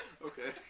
Okay